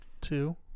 Two